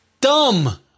dumb